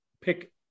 pick